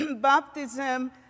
baptism